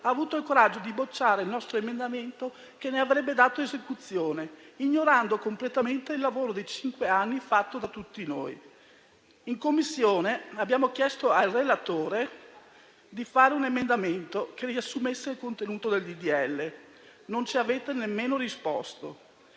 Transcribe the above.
ha avuto il coraggio di bocciare il nostro emendamento che gli avrebbe dato esecuzione, ignorando completamente il lavoro di cinque anni fatto da tutti noi. In Commissione abbiamo chiesto al relatore di elaborare un emendamento che riassumesse contenuto del disegno di legge, ma non ci avete nemmeno risposto.